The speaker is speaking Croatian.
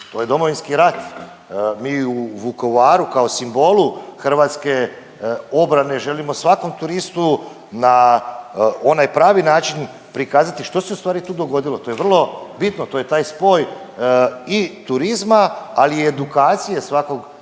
to je Domovinski rat. Mi u Vukovaru kao simbolu hrvatske obrane želimo svakom turistu na onaj pravi način prikazati što se ustvari tu dogodilo, to je vrlo bitno, to je taj spoj i turizma, ali i edukacije svakog